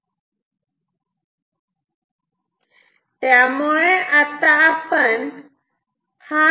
So let us do a more precise calculation which is also simple